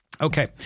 Okay